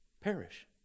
perish